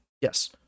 Yes